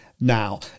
now